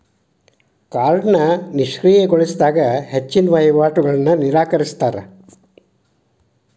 ಕಾರ್ಡ್ನ ನಿಷ್ಕ್ರಿಯಗೊಳಿಸಿದಾಗ ಹೆಚ್ಚಿನ್ ವಹಿವಾಟುಗಳನ್ನ ನಿರಾಕರಿಸ್ತಾರಾ